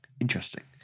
Interesting